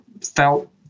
felt